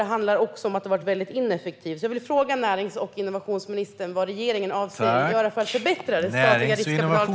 Det handlar också om att det har varit mycket ineffektivt. Jag vill fråga närings och innovationsminister Mikael Damberg vad regeringen avser att göra för att förbättra den statliga riskkapitalförsörjningen.